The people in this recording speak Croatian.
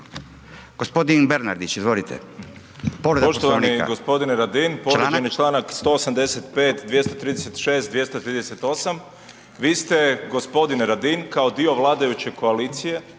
Gospodin Bernardić, izvolite.